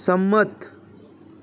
સંમત